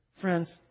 Friends